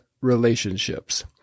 relationships